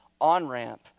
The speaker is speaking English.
on-ramp